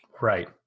Right